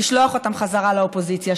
לשלוח אותם בחזרה לאופוזיציה.